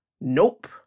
Nope